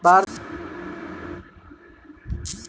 भारतीय खेती में हरदम परेशानी बनले रहे छै